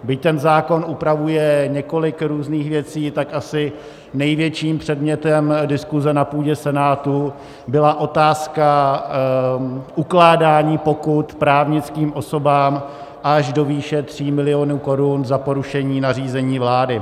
Byť zákon upravuje několik různých věcí, tak asi největším předmětem diskuze na půdě Senátu byla otázka ukládání pokut právnickým osobám až do výše 3 milionů korun za porušení nařízení vlády.